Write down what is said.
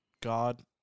god